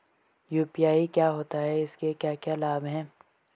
UPI क्या होता है इसके क्या क्या लाभ हैं?